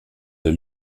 der